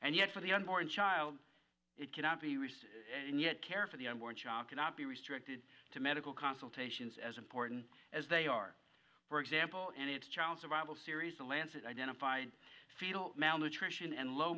and yet for the unborn child it cannot be received and yet care for the unborn child cannot be restricted to medical consultations as important as they are for example and its child survival series the lancet identified fetal malnutrition and low